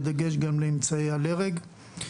בדגש גם לאמצעי אל-הרג.